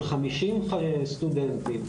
של חמישים סטודנטים,